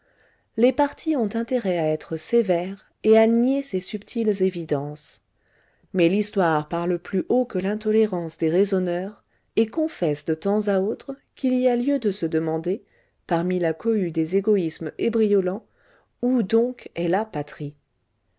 les partis ont intérêt à être sévères et à nier ces subtiles évidences mais l'histoire parle plus haut que l'intolérance des raisonneurs et confesse de temps à autre qu'il y a lieu de se demander parmi la cohue des égoïsmes ébriolant où donc est la patrie